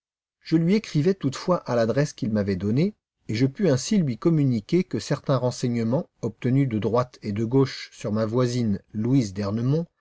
je lui écrivais toutefois à l'adresse qu'il m'avait donnée et je pus ainsi lui communiquer que certains renseignements obtenus de droite et de gauche sur ma voisine louise